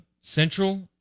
Central